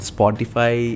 Spotify